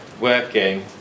working